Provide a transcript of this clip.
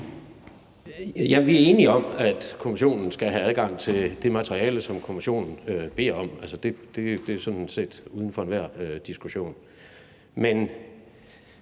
Vi er enige om, at kommissionen skal have adgang til det materiale, som kommissionen beder om. Det er sådan set uden for enhver diskussion.